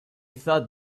thought